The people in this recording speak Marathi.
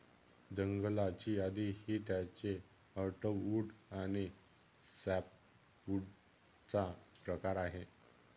जंगलाची यादी ही त्याचे हर्टवुड आणि सॅपवुडचा प्रकार आहे